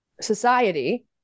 society